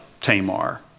Tamar